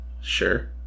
Sure